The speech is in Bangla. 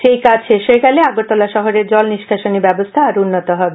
সেই কাজ শেষ হয়ে গেলে আগরতলা শহরের জল নিষ্কাশনি ব্যবস্থা উগ্নত হবে